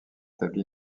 établi